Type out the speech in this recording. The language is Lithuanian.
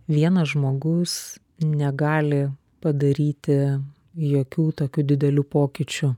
vienas žmogus negali padaryti jokių tokių didelių pokyčių